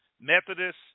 Methodist